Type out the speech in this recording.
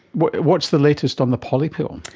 what's what's the latest on the poly pill?